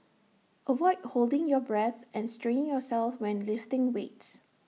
avoid holding your breath and straining yourself when lifting weights